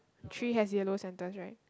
three has yellow centres right